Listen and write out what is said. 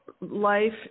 life